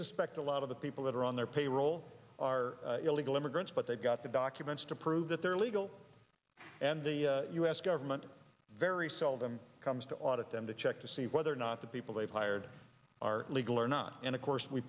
suspect a lot of the people that are on their payroll are illegal immigrants but they've got the documents to prove that they're legal and the u s government very seldom comes to audit them to check to see whether or not the people they've hired are legal or not and of course we